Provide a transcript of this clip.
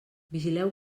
vigileu